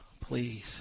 please